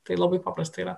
tai labai paprasta yra